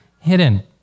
hidden